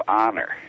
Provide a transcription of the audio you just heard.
honor